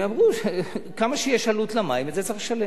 הם אמרו: כמה שיש עלות למים, את זה צריך לשלם.